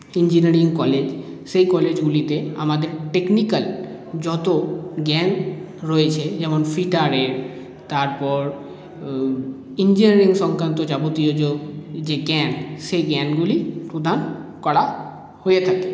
engineering college সেই কলেজগুলিতে আমাদের টেকনিক্যাল যত জ্ঞান রয়েছে যেমন ফিটারের তারপর ইঞ্জিনিয়ারিং সংক্রান্ত যাবতীয় যে জ্ঞান সেই জ্ঞানগুলি প্রদান করা হয়ে থাকে